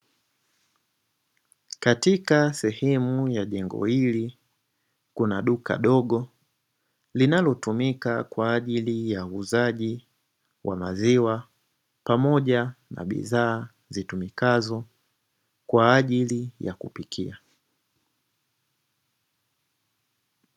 Katika sehemu ya jengo hili kuna duka dogo linalotumika kwa ajili ya uuzaji wa maziwa pamoja na bidhaa, .zitumikazo kwa ajili ya kupikia.